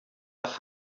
nach